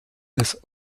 des